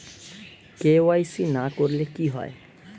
KYC না করলে কি হয়?